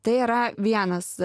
tai yra vienas